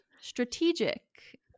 strategic